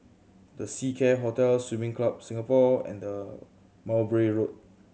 The Seacare Hotel Swimming Club Singapore and the Mowbray Road